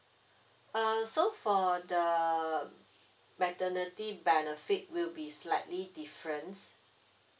err so for the maternity benefit will be slightly different